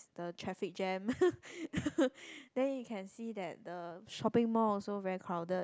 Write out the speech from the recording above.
the traffic jam then you can see that the shopping mall also very crowded